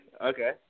Okay